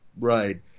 right